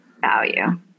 value